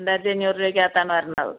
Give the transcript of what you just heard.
രണ്ടായിരത്തിയഞ്ഞൂറ് രൂപയ്ക്കകത്താണ് വരണ്ടത്